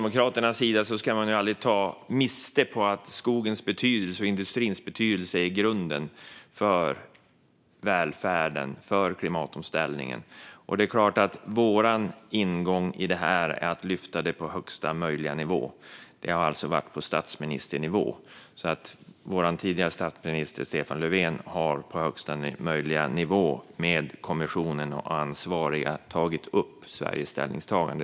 Man ska aldrig ta miste på att Socialdemokraterna ser skogens och industrins betydelse för grunden i välfärden och klimatomställningen, och vår ingång i detta är såklart att lyfta det på högsta möjliga nivå. Det har alltså varit på statsministernivå. Vår tidigare statsminister Stefan Löfven har tagit upp Sveriges ställningstagande på högsta möjliga nivå, med kommissionen och ansvariga.